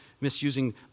misusing